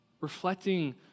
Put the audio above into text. reflecting